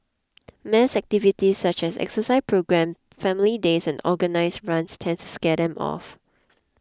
mass activities such as exercise programmes family days and organised runs tend to scare them off